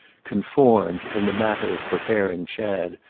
conformed, in the matter of preparing chad,